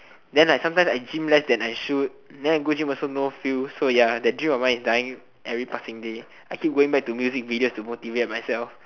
then like sometimes I gym less than I shoot then I go gym also no feels so ya that dream of mine is dying every passing day I keep going back to music videos to motivate myself